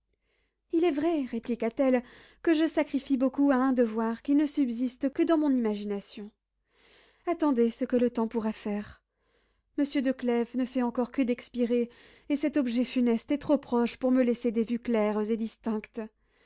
il est vrai répliqua-t-elle que je sacrifie beaucoup à un devoir qui ne subsiste que dans mon imagination attendez ce que le temps pourra faire monsieur de clèves ne fait encore que d'expirer et cet objet funeste est trop proche pour me laisser des vues claires et distinctes